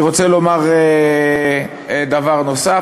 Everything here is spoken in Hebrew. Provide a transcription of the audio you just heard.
אני רוצה לומר דבר נוסף.